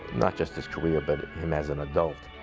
not just his career, but him as an adult.